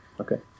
Okay